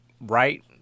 right